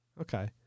Okay